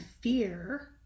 fear